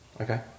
Okay